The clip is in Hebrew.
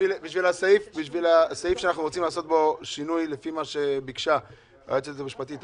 הסעיף שאנחנו רוצים לעשות בו שינוי לפי בקשת טלי היועצת המשפטית,